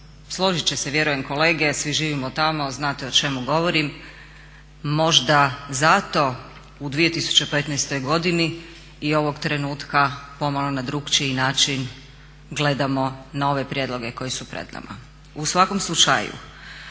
Složit će se vjerujem kolege, svi živimo tamo, znate o čemu govorim, možda zato u 2015. godini i ovog trenutka pomalo na drukčiji način gledamo na ove prijedloge koji su pred nama. U svakom slučaju